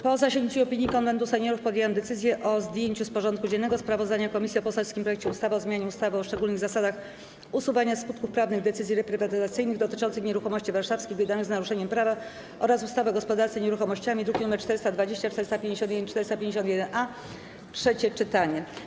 Po zasięgnięciu opinii Konwentu Seniorów podjęłam decyzję o zdjęciu z porządku dziennego sprawozdania komisji o poselskim projekcie ustawy o zmianie ustawy o szczególnych zasadach usuwania skutków prawnych decyzji reprywatyzacyjnych dotyczących nieruchomości warszawskich, wydanych z naruszeniem prawa oraz ustawy o gospodarce nieruchomościami, druki nr 420, 451 i 451-A - trzecie czytanie.